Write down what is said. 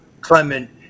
Clement